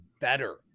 better